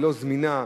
לא זמינה,